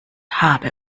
habe